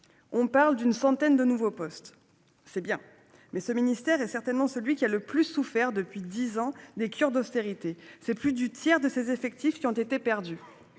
on parle d'une centaine de nouveaux postes. C'est bien ! Mais ce ministère est certainement celui qui a le plus souffert, depuis dix ans, des cures d'austérité : plus du tiers de ses effectifs ont été perdus.